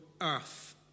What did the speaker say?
earth